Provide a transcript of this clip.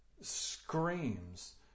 screams